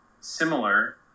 similar